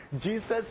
Jesus